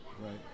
right